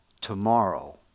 tomorrow